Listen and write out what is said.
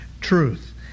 truth